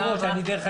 פה